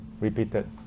Repeated